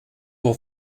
will